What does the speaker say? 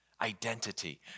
Identity